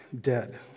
dead